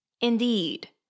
Indeed